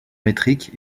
métrique